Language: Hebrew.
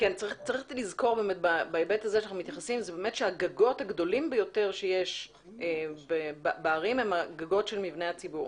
צריך לזכור שהגגות הגדולים ביותר שיש בערים הם הגגות של מבני הציבור.